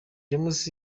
james